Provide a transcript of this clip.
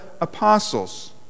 apostles